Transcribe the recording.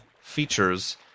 features